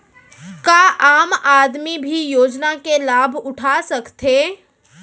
का आम आदमी भी योजना के लाभ उठा सकथे?